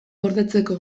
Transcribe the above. gordetzeko